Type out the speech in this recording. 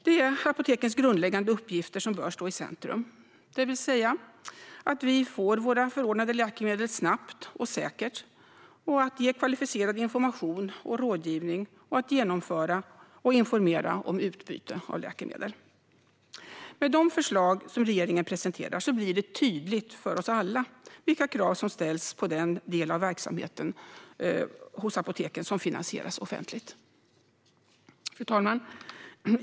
Det är apotekens grundläggande uppgifter som bör stå i centrum, det vill säga att se till att vi får våra förordnade läkemedel snabbt och säkert, att ge kvalificerad information och rådgivning och att genomföra och informera om utbyte av läkemedel. Med de förslag som regeringen presenterar blir det tydligt för oss alla vilka krav som ställs på den del av verksamheten hos apoteken som finansieras offentligt. Fru talman!